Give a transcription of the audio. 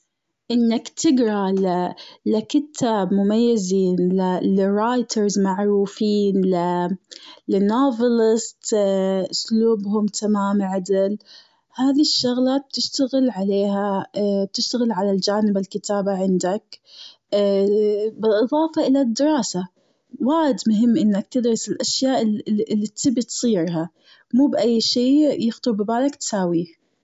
إنك تقرأ لكتّاب مميزين لرايترز معروفين ل نوفليز أسلوبهم تمام عدل هذي الشغلات بتشتغل عليها بتشتغل على الجانب الكتابة عندك بالاضافة الى الدراسة وايد مهم إنك تدرس الأشياء اللي-اللي تبي تصير لها، موب بأي شيء يخطر ببالك تساويه.